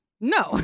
No